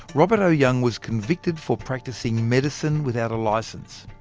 robert o young was convicted for practising medicine without a license.